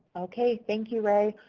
okay. thank you, ray.